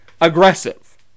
aggressive